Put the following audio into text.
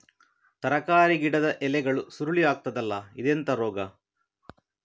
ತರಕಾರಿ ಗಿಡದ ಎಲೆಗಳು ಸುರುಳಿ ಆಗ್ತದಲ್ಲ, ಇದೆಂತ ರೋಗ?